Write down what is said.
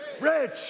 rich